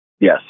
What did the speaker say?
Yes